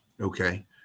okay